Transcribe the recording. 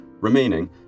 remaining